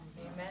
Amen